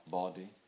body